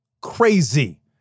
crazy